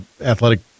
Athletic